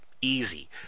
Easy